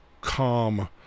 calm